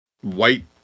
white